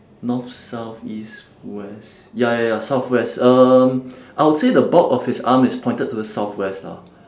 north south east west ya ya ya southwest um I would say the bulk of his arm is pointed to the southwest lah